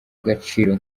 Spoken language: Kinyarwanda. agaciro